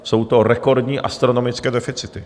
Jsou to rekordní, astronomické deficity.